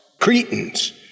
Cretans